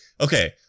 Okay